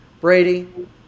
Brady